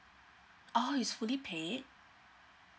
oh is fully paid